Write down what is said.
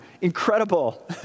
Incredible